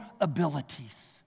abilities